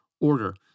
order